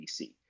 DC